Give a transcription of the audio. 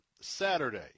Saturday